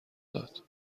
داد